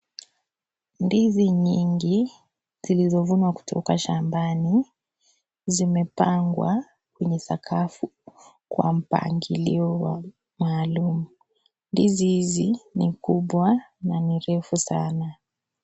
Ndizi nyingi zilizovunwa kutoka shambani zimepangwa kwenye sakafu kwa mpangilio maalum, ndizi hizi ni kubwa na ni refu sana.